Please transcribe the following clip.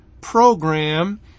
program